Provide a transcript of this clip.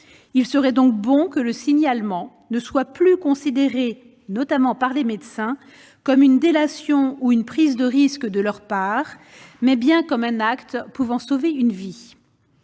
Il serait bon que le signalement ne soit plus considéré, notamment par les médecins, comme une délation ou une prise de risque de leur part, mais soit perçu comme un acte pouvant sauver une vie.